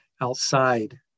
outside